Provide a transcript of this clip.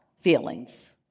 feelings